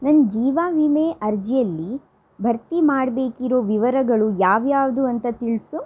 ನನ್ನ ಜೀವವಿಮೆ ಅರ್ಜಿಯಲ್ಲಿ ಭರ್ತಿ ಮಾಡಬೇಕಿರೋ ವಿವರಗಳು ಯಾವ ಯಾವುದು ಅಂತ ತಿಳಿಸು